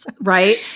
right